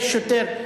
יש שוטר,